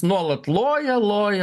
nuolat loja loja